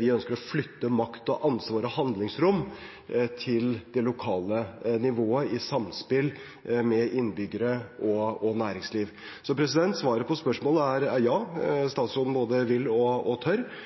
Vi ønsker å flytte makt, ansvar og handlingsrom til det lokale nivået i et samspill med innbyggere og næringsliv. Så svaret på spørsmålet er ja – statsråden både vil og tør. De gode forslagene må komme opp, og